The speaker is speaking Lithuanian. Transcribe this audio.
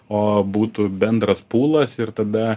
o būtų bendras pulas ir tada